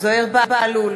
זוהיר בהלול,